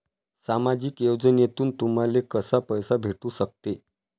सामाजिक योजनेतून तुम्हाले कसा पैसा भेटू सकते?